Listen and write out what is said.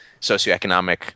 socioeconomic –